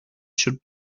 should